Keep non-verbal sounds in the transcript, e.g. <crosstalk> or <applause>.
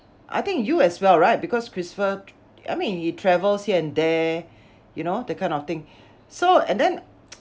I think you as well right because christopher I mean he travels here and there you know that kind of thing so and then <noise>